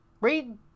read